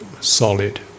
solid